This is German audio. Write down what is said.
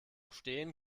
steen